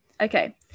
Okay